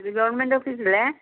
ഇത് ഗവമെന്റ് ഓഫീസല്ലേ